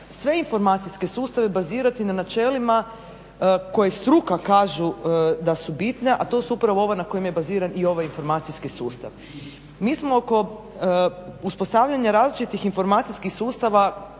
sve informacijske sustave bazirati na načelima koje struka kažu da su bitne a to su upravo ova na kojima je baziran i ovaj informacijski sustav. Mi smo oko uspostavljanja različitih informacijskih sustava